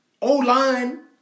O-line